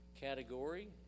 category